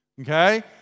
okay